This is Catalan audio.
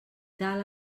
dalt